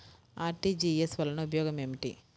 RTGS వలన ఉపయోగం ఏమిటీ?